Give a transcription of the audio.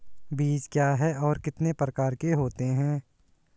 बीज क्या है और कितने प्रकार के होते हैं?